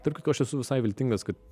tarp kitko aš esu visai viltingas kad